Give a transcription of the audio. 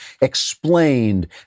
explained